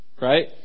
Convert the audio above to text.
right